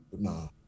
No